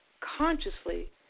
consciously